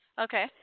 Okay